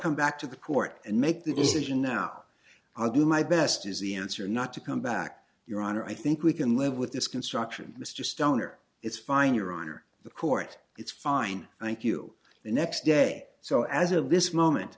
come back to the court and make the decision now i'll do my best is the answer not to come back your honor i think we can live with this construction mr stoner it's fine your honor the court it's fine thank you the next day so as of this moment